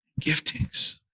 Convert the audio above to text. Giftings